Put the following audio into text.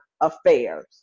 affairs